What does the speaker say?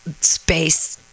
space